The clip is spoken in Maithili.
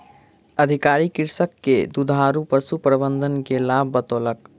अधिकारी कृषक के दुधारू पशु प्रबंधन के लाभ बतौलक